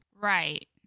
Right